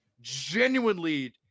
genuinely